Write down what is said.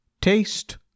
Taste